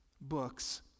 books